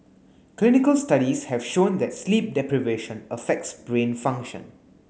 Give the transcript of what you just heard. clinical studies have shown that sleep deprivation affects brain function